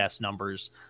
numbers